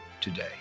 today